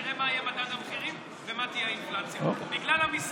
תראה מה יהיה מדד המחירים ומה תהיה האינפלציה,